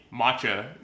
matcha